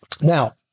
Now